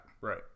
right